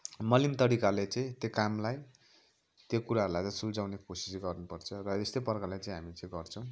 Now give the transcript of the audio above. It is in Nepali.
मलिम तरिकाले चाहिँ त्यो कामलाई त्यो कुराहरूलाई चाहिँ सुल्झाउने कोसिस गर्नुपर्छ र यस्तै प्रकारले चाहिँ हामी चाहिँ गर्छौँ